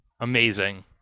Amazing